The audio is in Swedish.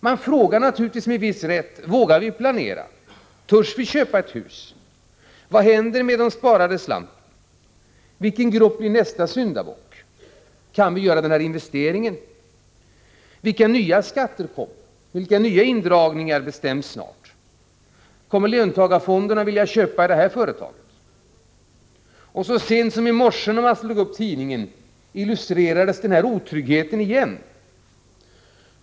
Man frågar naturligtvis med viss rätt: Vågar vi planera? Törs vi köpa ett hus? Vad händer med den sparade slanten? Vilken grupp blir nästa syndabock? Kan vi göra den här investeringen? Vilka nya skatter kommer, och vilka nya indragningar bestäms snart? Kommer löntagarfonderna att vilja köpa det här företaget? Så sent som i morse när man slog upp tidningen illustrerades denna otrygghet igen.